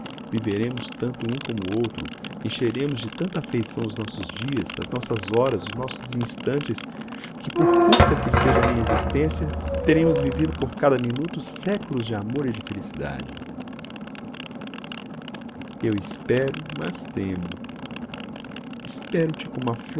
viveremos tanto um como outro encheremos